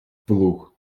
плуг